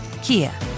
Kia